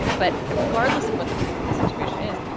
but regardless of what the truth of the situation is,